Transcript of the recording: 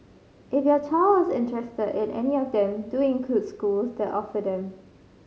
if your child is interested in any of them do include schools that offer them